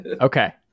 Okay